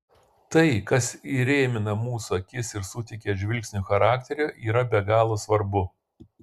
tai kas įrėmina mūsų akis ir suteikia žvilgsniui charakterio yra be galo svarbu